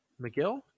McGill